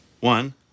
One